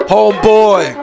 Homeboy